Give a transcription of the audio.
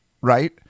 Right